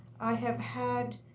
i have had